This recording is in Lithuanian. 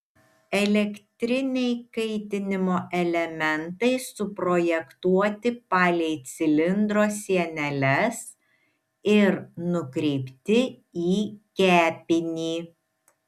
elektriniai kaitinimo elementai suprojektuoti palei cilindro sieneles ir nukreipti į kepinį